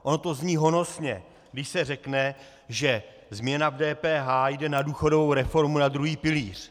Ono to zní honosně, když se řekne, že změna v DPH jde na důchodovou reformu na druhý pilíř.